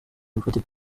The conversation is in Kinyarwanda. bufatika